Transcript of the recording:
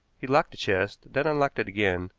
he locked the chest, then unlocked it again,